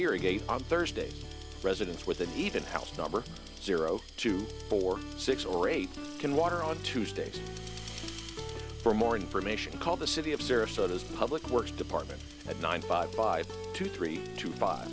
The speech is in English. irrigate on thursday residents with an even house number zero two four six or eight can water on tuesdays for more information call the city of sarasota as public works department at nine five two three two five